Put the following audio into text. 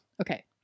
Okay